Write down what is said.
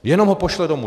Jenom ho pošle domů?